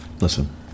Listen